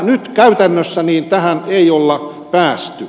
nyt käytännössä tähän ei olla päästy